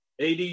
AD